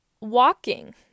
Walking